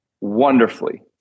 wonderfully